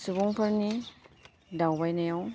सुबुंफोरनि दावबायनायाव